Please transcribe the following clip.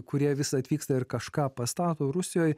kurie vis atvyksta ir kažką pastato rusijoje